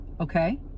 Okay